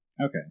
Okay